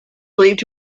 believed